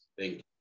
Thank